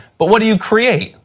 but what do you create?